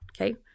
Okay